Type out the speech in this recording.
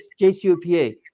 JCOPA